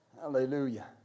Hallelujah